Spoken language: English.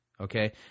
Okay